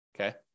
okay